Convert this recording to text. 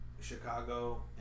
Chicago